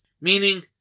Meaning